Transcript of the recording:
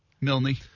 Milne